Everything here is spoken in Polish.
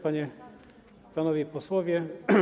Panie i Panowie Posłowie!